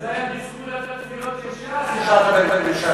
אבל זה היה בזכות התפילות של ש"ס, נשארת בממשלה.